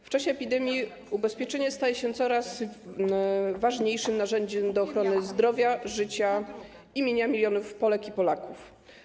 W czasie epidemii ubezpieczenie staje się coraz ważniejszym narzędziem do ochrony zdrowia, życia i mienia milionów Polek i Polaków.